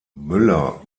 müller